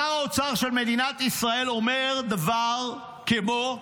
שר האוצר של מדינת ישראל אומר דבר כמו: